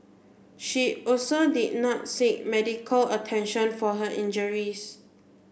she also did not seek medical attention for her injuries